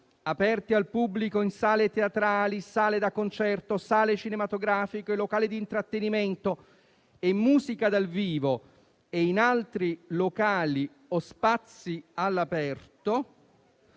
aperti al pubblico in sale teatrali, sale da concerto, sale cinematografiche, locali di intrattenimento e musica dal vivo e in altri locali o spazi anche all'aperto,